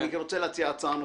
אני רוצה להציע הצעה נוספת,